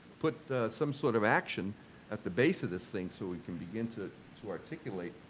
put some sort of action at the base of this thing so we can begin to so articulate,